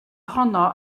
honno